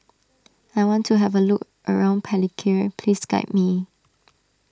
I want to have a look around Palikir please guide me